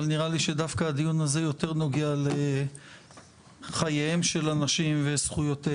אבל נראה לי שדווקא הדיון הזה יותר נוגע לחייהם של אנשים וזכויותיהם.